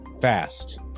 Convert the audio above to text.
Fast